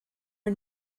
are